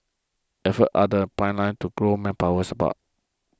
efforts are the pipeline to grow manpower support